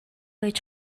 ээж